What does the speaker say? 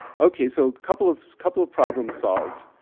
ok. so, a couple of couple of problems solved.